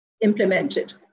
implemented